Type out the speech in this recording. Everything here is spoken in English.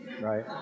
right